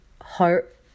heart